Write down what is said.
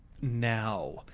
now